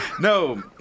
No